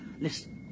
Listen